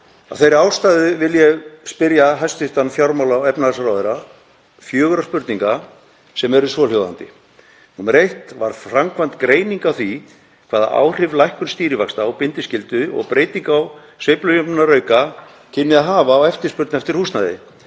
þeirri ástæðu vil ég spyrja hæstv. fjármála- og efnahagsráðherra fjögurra spurninga sem eru svohljóðandi: 1. Var framkvæmd greining á því hvaða áhrif lækkun stýrivaxta og bindiskyldu og breyting á sveiflujöfnunarauka kynni að hafa á eftirspurn eftir húsnæði?